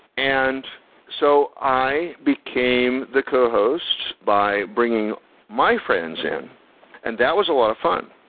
and so i became the cohost by bringing my friends in and that was a lot of fun.